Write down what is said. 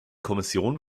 kommission